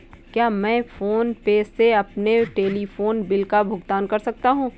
क्या मैं PhonePe से अपने टेलीफोन बिल का भुगतान कर सकता हूँ?